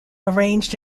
arranged